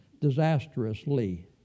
disastrously